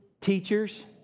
teachers